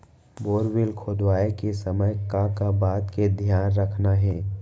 Borewell खोदवाए के समय का का बात के धियान रखना हे?